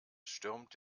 stürmt